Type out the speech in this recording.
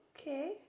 okay